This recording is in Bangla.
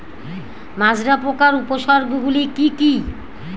মাজরা পোকার উপসর্গগুলি কি কি?